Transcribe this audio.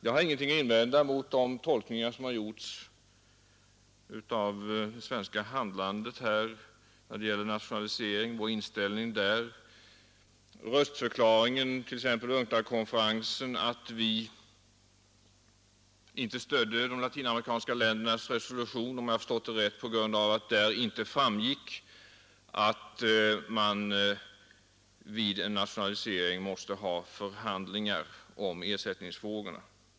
Jag har ingenting att invända mot de tolkningar som gjorts av det svenska handlandet och vår inställning till nationalisering, t.ex. röstförklaringen vid UNCTAD-konferensen, då vi inte stödde de latinamerikanska ländernas resolution, om jag minns rätt, på grund av att där inte framgick att man vid en nationalisering måste förhandla om ersättningsfrågorna.